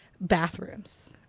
Bathrooms